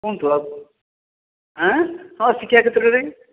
ଶୁଣନ୍ତୁ ହଁ ଶିକ୍ଷା କ୍ଷେତ୍ରରେ